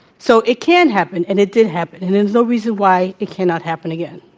so, it can happen, and it did happen. and there's no reason why it cannot happen again.